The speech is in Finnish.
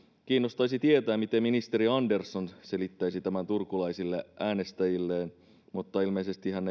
kiinnostaisi tietää miten ministeri andersson selittäisi tämän turkulaisille äänestäjilleen mutta ilmeisesti hän